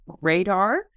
radar